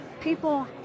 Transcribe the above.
People